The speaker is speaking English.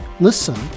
Listen